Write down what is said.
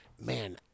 Man